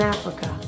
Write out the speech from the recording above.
Africa